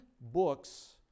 books